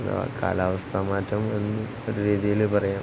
എന്താ കാലാവസ്ഥ മാറ്റം എന്ന് ഒരു രീതിയിൽ പറയാം